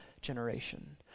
generation